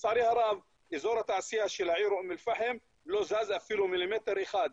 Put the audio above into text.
לצערי הרב אזור התעשייה של העיר אום אל פחם לא זז אפילו מילימטר אחד.